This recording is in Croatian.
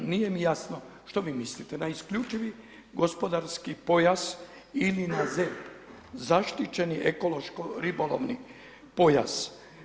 Nije mi jasno što vi mislite na isključivi gospodarski pojas ili na zaštićeni ekološko ribolovni pojas?